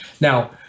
Now